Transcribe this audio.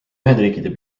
ühendriikide